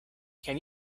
can